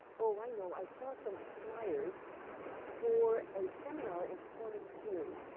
oh, i know, i saw some fliers for a seminar in performance theory.